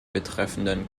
betreffenden